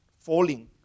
falling